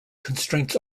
constraints